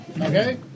okay